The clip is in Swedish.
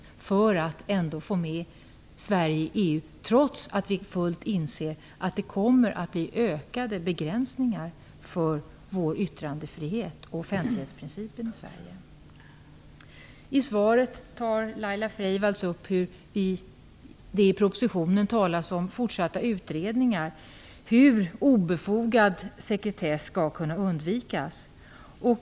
Det är ett sätt att få med Sverige i EU trots att vi fullt ut inser att det kommer att bli ökade begränsningar för vår yttrandefrihet och för offentlighetsprincipen i Sverige. I svaret tar Laila Freivalds upp att det i propositionen talas om fortsatta utredningar om hur obefogad sekretess skall kunna undvikas.